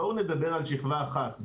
בואו נדבר על שכבה אחת.